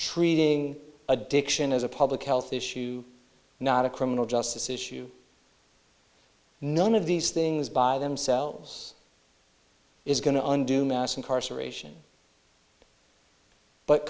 treating addiction as a public health issue not a criminal justice issue none of these things by themselves is going to undo mass incarceration but